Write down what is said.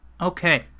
Okay